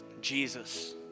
Jesus